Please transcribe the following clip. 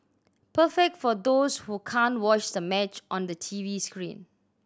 perfect for those who can't watch the match on the T V screen